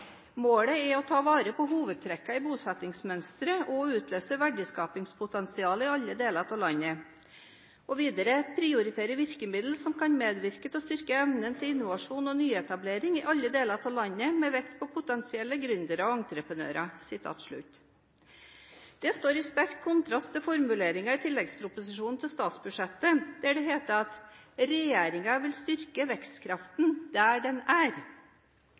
er å ta vare på hovedtrekkene i bosettingsmønsteret og å utløse verdiskapingspotensialet i alle deler av landet.» Og videre «å prioritere virkemiddel som kan medvirke til å styrke evnen til innovasjon og nyetablering i alle deler av landet, med vekt på å nå potensielle gründere og entreprenører». Det står i sterk kontrast til formuleringene i tilleggsproposisjonen til statsbudsjettet, der det heter at regjeringen «vil styrke vekstkraften der den er».